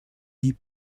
die